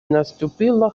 наступила